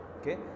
okay